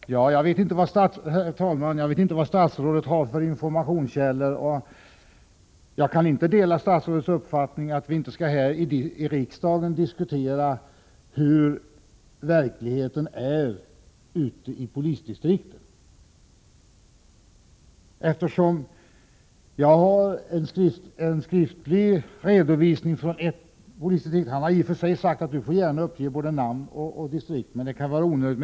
Herr talman! Jag vet inte vilka informationskällor statsrådet har, och jag kan inte dela statsrådets uppfattning att vi här i riksdagen inte skall diskutera hur verkligheten ser ut i polisdistrikten. Jag har fått en skriftlig redovisning från en polis i ett polisdistrikt. Han har sagt att jag får uppge hans namn och distrikt, men det är inte nödvändigt.